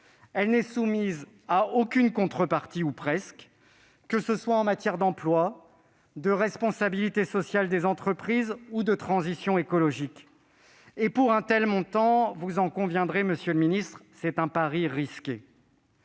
elle n'est soumise à aucune contrepartie ou presque, que ce soit en matière d'emploi, de responsabilité sociale des entreprises ou de transition écologique. S'agissant d'un tel montant- vous en conviendrez, monsieur le ministre -, c'est un pari risqué.